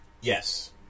Yes